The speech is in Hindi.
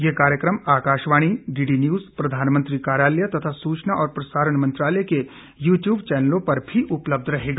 ये कार्यक्रम आकाशवाणी डीडी न्यूज प्रधानमंत्री कार्यालय तथा सूचना और प्रसारण मंत्रालय के यू ट्यूब चैनलों पर भी उपलब्ध रहेगा